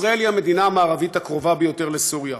ישראל היא המדינה המערבית הקרובה ביותר לסוריה.